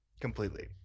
completely